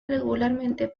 regularmente